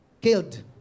killed